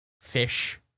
fish